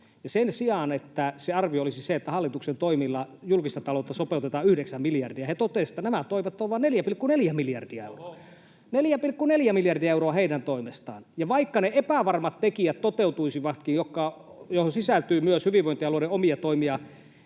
Sen sijaan, että se arvio olisi se, että hallituksen toimilla julkista taloutta sopeutetaan 9 miljardia, he totesivat, että nämä toimet ovat vain 4,4 miljardia euroa, [Timo Harakka: Oho!] 4,4 miljardia euroa heidän toimestaan. Ja vaikka ne epävarmat tekijät — joihin sisältyy myös hyvinvointialueiden omia toimia